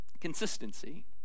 consistency